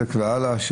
מבזק והלאה.